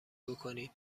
بکنید